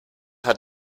hat